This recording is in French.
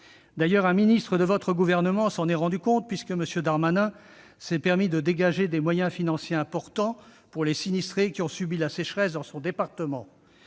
D'ailleurs, un ministre de votre gouvernement s'en est rendu compte, puisque M. Darmanin s'est permis de dégager des moyens financiers importants pour les sinistrés qui ont subi la sécheresse dans son département.